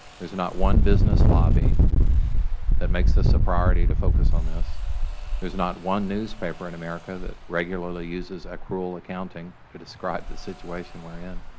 there is not one business lobby that makes this a priority to focus on this. there is not one newspaper in america that regularly uses accrual accounting to describe the situation we are in.